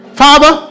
father